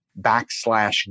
backslash